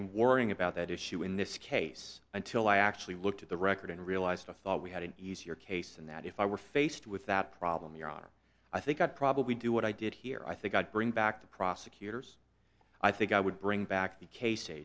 and worrying about that issue in this case until i actually looked at the record and realized i thought we had an easier case and that if i were faced with that problem your honor i think i'd probably do what i did here i think i'd bring back the prosecutors i think i would bring back the case